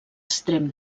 extrem